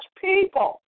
people